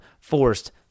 forced